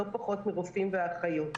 לא פחות מרופאים והאחיות.